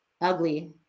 ugly